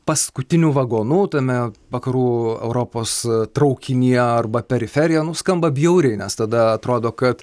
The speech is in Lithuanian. paskutiniu vagonu tame vakarų europos traukinyje arba periferija nu skamba bjauriai nes tada atrodo kad